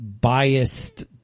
biased